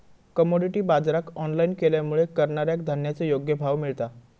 commodity बाजराक online केल्यामुळे करणाऱ्याक धान्याचो योग्य भाव मिळता